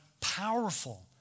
powerful